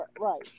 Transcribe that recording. Right